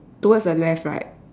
towards the left right